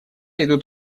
идут